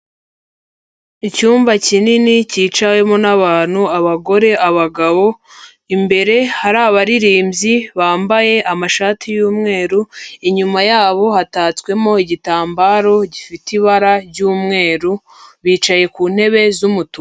Icyumba kinini cyicawemo n'abantu, abagore, abagabo, imbere hari abaririmbyi bambaye amashati y'umweru, inyuma yabo hatatswemo igitambaro gifite ibara ry'umweru, bicaye ku ntebe z'umutuku.